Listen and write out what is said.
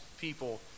people